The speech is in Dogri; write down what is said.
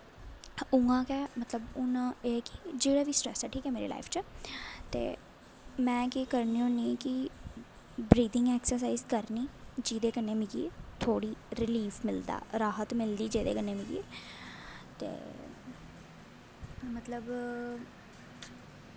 उ'आं गै हून मतलब एह् ऐ कि जेह्ड़ा बी स्ट्रैस्स ऐ मेरी लाईफ च ते में केह् करनी होनीं कि बरीथिंग ऐक्सर्साईज करनी जेह्दे कन्नै मिगी थोह्ड़ी रिलीफ मिलग राहत मिलदा जेह्दे कन्नै मिगी ते मतलब